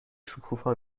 شکوفا